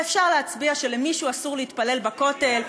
ואפשר להצביע שלמישהו אסור להתפלל בכותל,